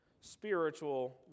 spiritual